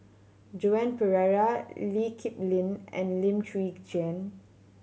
Joan Pereira Lee Kip Lin and Lim Chwee Chian